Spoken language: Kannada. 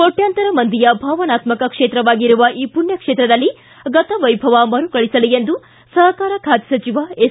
ಕೋಟ್ಟಂತರ ಮಂದಿಯ ಭಾವನಾತ್ಮಕ ಕ್ಷೇತ್ರವಾಗಿರುವ ಈ ಪುಣ್ಣಸ್ವಳದಲ್ಲಿ ಗತವೈಭವ ಮರುಕಳಿಸಲಿ ಎಂದು ಸಹಕಾರ ಖಾತೆ ಸಚಿವ ಎಸ್